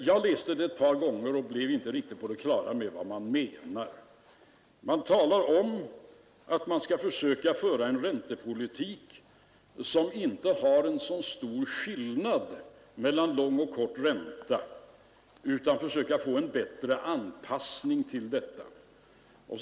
Jag läste det ett par gånger men blev inte riktigt på det klara med vad reservanterna menar. De talar om att man skall försöka föra en räntepolitik som medför att det inte är så stor skillnad mellan lång och kort ränta, utan man skall försöka få en bättre anpassning av differensen.